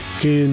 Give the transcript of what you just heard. que